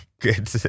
good